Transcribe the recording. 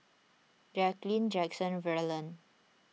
Jacqueline Jackson and Verlon